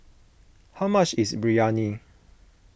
how much is Biryani